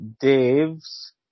Dave's